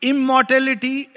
Immortality